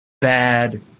Bad